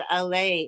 la